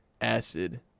acid